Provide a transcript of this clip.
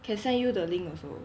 can send you the link also